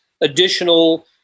additional